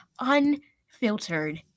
unfiltered